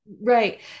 right